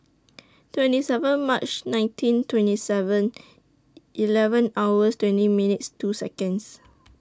twenty seven March nineteen twenty Seven Eleven hours twenty minutes two Seconds